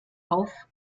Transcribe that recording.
auf